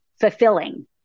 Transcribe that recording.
fulfilling